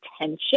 attention